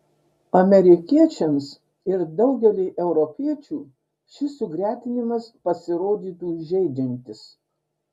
amerikiečiams ir daugeliui europiečių šis sugretinimas pasirodytų įžeidžiantis